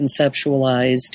conceptualized